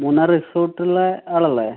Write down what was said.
മൂന്നാർ റിസോർട്ടിലെ ആളല്ലേ